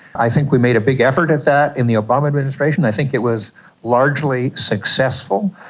i think we made a big effort at that in the obama administration. i think it was largely successful.